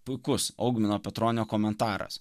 puikus augmino petronio komentaras